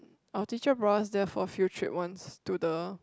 our teacher brought us there for field trip once to the